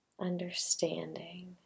understanding